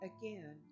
again